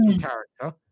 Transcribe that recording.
character